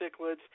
cichlids